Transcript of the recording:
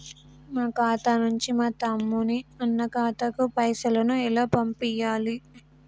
మా ఖాతా నుంచి మా తమ్ముని, అన్న ఖాతాకు పైసలను ఎలా పంపియ్యాలి?